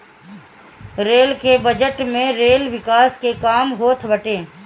rail के budget में rail विकास के काम होत बाटे